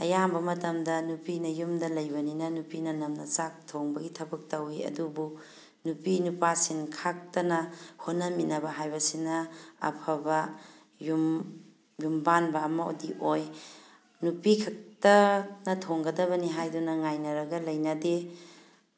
ꯑꯌꯥꯝꯕ ꯃꯇꯝꯗ ꯅꯨꯄꯤꯅ ꯌꯨꯝꯗ ꯂꯩꯕꯅꯤꯅ ꯅꯨꯄꯤꯅ ꯅꯝꯅ ꯆꯥꯛ ꯊꯣꯡꯕꯒꯤ ꯊꯕꯛ ꯇꯧꯋꯤ ꯑꯗꯨꯕꯨ ꯅꯨꯄꯤ ꯅꯨꯄꯥ ꯁꯤꯟ ꯈꯥꯛꯇꯅ ꯍꯣꯠꯅꯃꯤꯟꯅꯕ ꯍꯥꯏꯕꯁꯤꯅ ꯑꯐꯕ ꯌꯨꯝ ꯌꯨꯝꯕꯥꯟꯕ ꯑꯃꯗꯤ ꯑꯣꯏ ꯅꯨꯄꯤ ꯈꯛꯇꯅ ꯊꯣꯡꯒꯗꯕꯅꯤ ꯍꯥꯏꯗꯨꯅ ꯉꯥꯏꯅꯔꯒ ꯂꯩꯅꯗꯦ